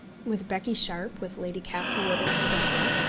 with becky sharpe, with lady castlewood and her daughter,